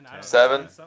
Seven